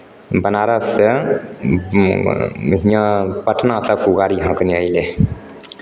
बनारससँ हीआँ पटना तक ओ गाड़ी हँकने अयलै